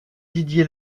didier